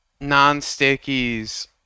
non-stickies